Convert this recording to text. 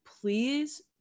please